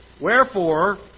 Wherefore